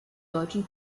deutschen